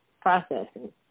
processing